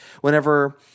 whenever